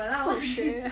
吐血